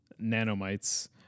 nanomites